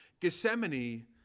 Gethsemane